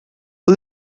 who